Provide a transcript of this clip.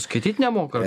skaityt nemoka